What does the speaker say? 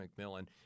McMillan